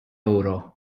ewro